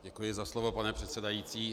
Děkuji za slovo, pane předsedající.